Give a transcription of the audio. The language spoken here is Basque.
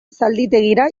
zalditegira